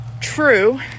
true